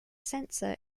sensor